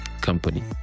company